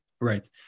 right